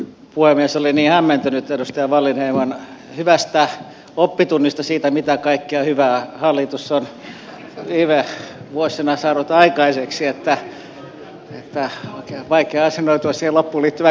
olin niin hämmentynyt edustaja wallinheimon hyvästä oppitunnista siitä mitä kaikkea hyvää hallitus on viime vuosina saanut aikaiseksi että on vaikea asennoitua siihen loppuun liittyvään kysymykseen